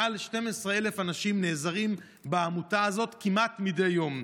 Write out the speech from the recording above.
מעל 12,000 אנשים נעזרים בעמותה הזאת כמעט מדי יום.